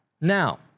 now